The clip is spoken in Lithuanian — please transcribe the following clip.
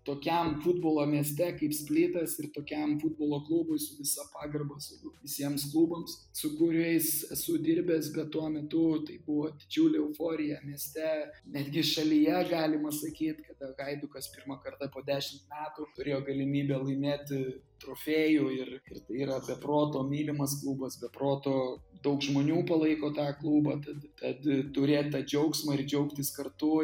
tokiam futbolo mieste kaip splitas ir tokiam futbolo klubui su visa pagarba sakau visiems klubams su kuriais esu dirbęs bet tuo metu tai buvo didžiulė euforija mieste netgi šalyje galima sakyt kada haidukas pirmą kartą po dešim metų turėjo galimybę laimėt trofėjų ir ir tai yra be proto mylimas klubas be proto daug žmonių palaiko tą klubą tad tad turėt tą džiaugsmą ir džiaugtis kartu